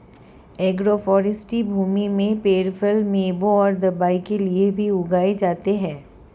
agroforestry भूमि में पेड़ फल, मेवों और दवाओं के लिए भी उगाए जाते है